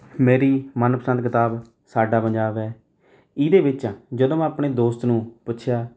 ਮੇਰੀ ਮਨਪਸੰਦ ਕਿਤਾਬ ਸਾਡਾ ਪੰਜਾਬ ਹੈ ਇਹਦੇ ਵਿੱਚ ਜਦੋਂ ਮੈਂ ਆਪਣੇ ਦੋਸਤ ਨੂੰ ਪੁੱਛਿਆ